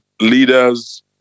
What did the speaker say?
leaders